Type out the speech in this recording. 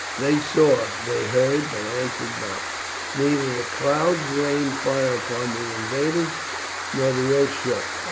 they saw, they heard, but answered not neither the clouds rained fire upon the invaders nor the earth shook.